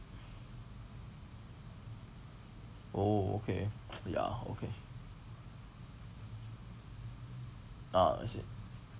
oh okay ya okay ah I see